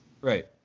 Right